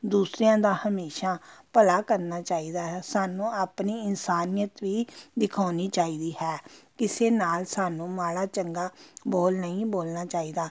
ਦੂਸਰਿਆਂ ਦਾ ਹਮੇਸ਼ਾਂ ਭਲਾ ਕਰਨਾ ਚਾਹੀਦਾ ਹੈ ਸਾਨੂੰ ਆਪਣੀ ਇਨਸਾਨੀਅਤ ਵੀ ਦਿਖਾਉਣੀ ਚਾਹੀਦੀ ਹੈ ਕਿਸੇ ਨਾਲ਼ ਸਾਨੂੰ ਮਾੜਾ ਚੰਗਾ ਬੋਲ ਨਹੀਂ ਬੋਲਣਾ ਚਾਹੀਦਾ